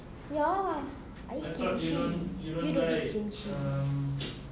ya I eat kimchi you don't eat kimchi